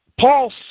Paul